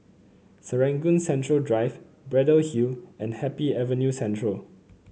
Serangoon Central Drive Braddell Hill and Happy Avenue Central